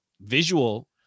visual